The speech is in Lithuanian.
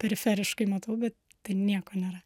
periferiškai matau bet tai nieko nėra